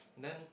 then